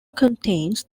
contains